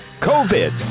COVID